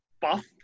buff